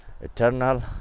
Eternal